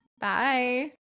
bye